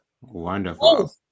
Wonderful